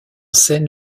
scène